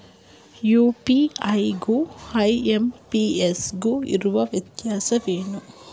UPI ಗು IMPS ಗು ಇರುವ ವ್ಯತ್ಯಾಸವೇನು?